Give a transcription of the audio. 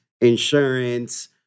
insurance